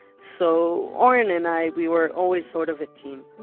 so oren and i, we were always sort of a team.